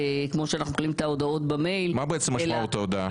כמו שאנחנו מקבלים את ההודעות במייל --- מה בעצם משמעות ההודעה?